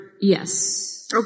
yes